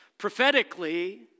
prophetically